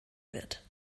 wird